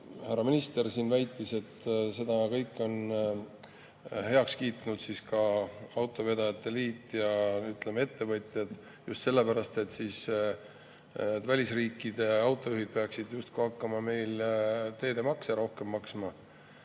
härra minister väitis, et selle kõik on heaks kiitnud ka autovedajate liit ja ettevõtjad, just sellepärast, et siis välisriikide autojuhid peaksid justkui hakkama meil rohkem teemaksu maksma.